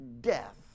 death